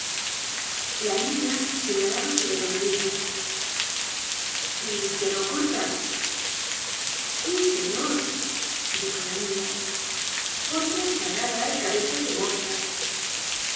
la niña señalaba su dedo meñique y que no corta sí señor dijo la niña corta ensalada y cabezas de moscas